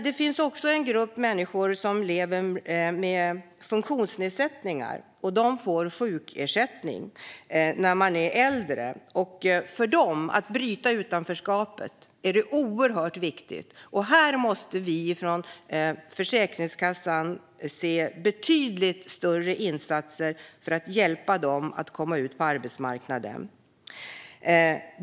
Det finns en grupp människor som lever med funktionsnedsättningar, och de får sjukersättning när de är äldre. Det är oerhört viktigt att bryta utanförskapet för dem. Vi måste se betydligt större insatser från Försäkringskassan för att hjälpa dem att komma ut på arbetsmarknaden.